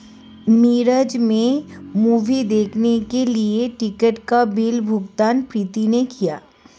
मिराज में मूवी देखने के लिए टिकट का बिल भुगतान प्रीति ने किया